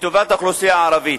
לטובת האוכלוסייה הערבית.